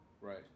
Right